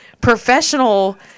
professional